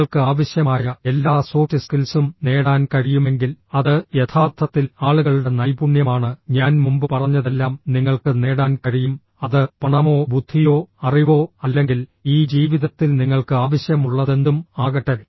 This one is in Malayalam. നിങ്ങൾക്ക് ആവശ്യമായ എല്ലാ സോഫ്റ്റ് സ്കിൽസും നേടാൻ കഴിയുമെങ്കിൽ അത് യഥാർത്ഥത്തിൽ ആളുകളുടെ നൈപുണ്യമാണ് ഞാൻ മുമ്പ് പറഞ്ഞതെല്ലാം നിങ്ങൾക്ക് നേടാൻ കഴിയും അത് പണമോ ബുദ്ധിയോ അറിവോ അല്ലെങ്കിൽ ഈ ജീവിതത്തിൽ നിങ്ങൾക്ക് ആവശ്യമുള്ളതെന്തും ആകട്ടെ